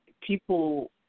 people